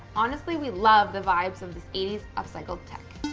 honestly, we love the vibes of this eighty s upcycle tech.